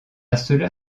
cela